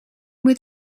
moet